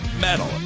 metal